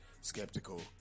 skeptical